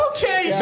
Okay